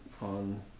on